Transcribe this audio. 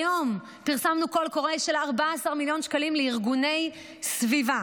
היום פרסמנו קול קורא של 14 מיליון שקלים לארגוני סביבה.